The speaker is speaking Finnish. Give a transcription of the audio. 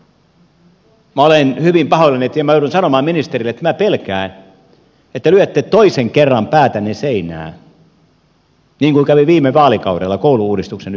minä olen hyvin pahoillani kun minä joudun sanomaan ministerille että minä pelkään että te lyötte toisen kerran päätänne seinään niin kuin kävi viime vaalikaudella koulu uudistuksen yhteydessä